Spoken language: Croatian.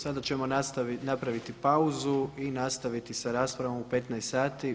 Sada ćemo napraviti pauzu i nastaviti sa raspravom u 15 sati.